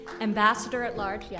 Ambassador-at-Large